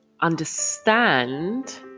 understand